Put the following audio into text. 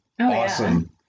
awesome